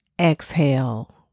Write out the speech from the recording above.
exhale